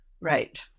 Right